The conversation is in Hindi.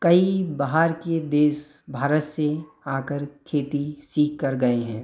कई बाहर के देश भारत से आ कर खेती सीख कर गए हैं